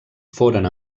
foren